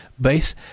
base